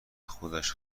خودش